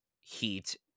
Heat